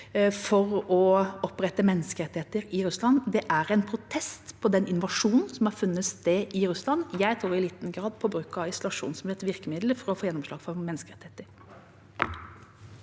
for å opprette menneskerettigheter i Russland. Det er en protest mot den invasjonen som har funnet sted. Jeg tror i liten grad på bruk av isolasjon som et virkemiddel for å få gjennomslag for menneskerettigheter.